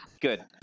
Good